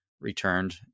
returned